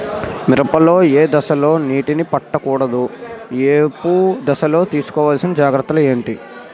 మిరప లో ఏ దశలో నీటినీ పట్టకూడదు? ఏపు దశలో తీసుకోవాల్సిన జాగ్రత్తలు ఏంటి?